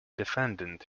defendant